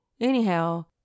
Anyhow